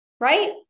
Right